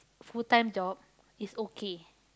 full time job is okay